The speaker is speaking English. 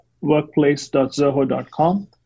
Workplace.zoho.com